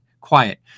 quiet